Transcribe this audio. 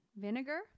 vinegar